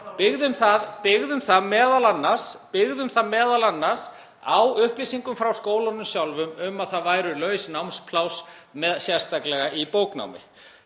byggðum það m.a. á upplýsingum frá skólunum sjálfum um að það væru laus námspláss, sérstaklega í bóknámi.